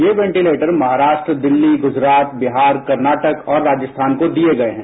ये वेंटिलेटर महाराष्ट्र दिल्ली गुजरात बिहार कर्नाटक और राजस्थान को दिये गये हैं